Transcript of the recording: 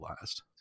last